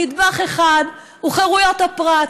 נדבך אחד הוא חירויות הפרט,